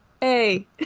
Hey